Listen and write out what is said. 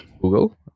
Google